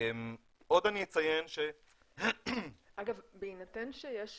עוד אני אציין --- אגב, בהינתן שיש